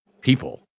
people